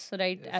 right